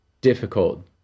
difficult